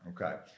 Okay